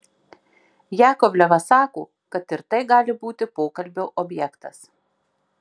jakovlevas sako kad ir tai gali būti pokalbio objektas